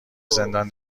زندان